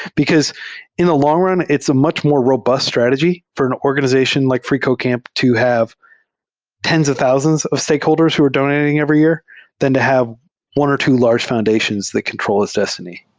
because in the long-run, it's a much more robust strategy for an organization like freecodecamp to have tens of thousands of stakeholders who are donating every year than to have one or two large foundations that control its destiny.